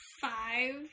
five